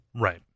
Right